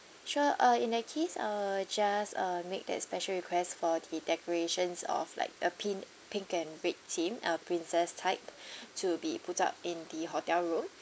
sure uh in that case I'll just uh make that special request for the decorations of like a pink pink and red theme uh princess type to be put up in the hotel room